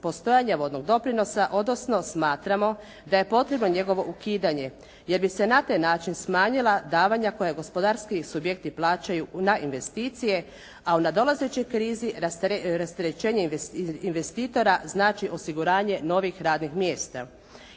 postojanja vodnog doprinosa, odnosno smatramo da je potrebno njegovo ukidanje jer bi se na taj način smanjila davanja koja gospodarski subjekti plaćaju na investicije, a u nadolazećoj krizi rasterećenje investitora znači osiguranje novih radnih mjesta.